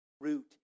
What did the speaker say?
root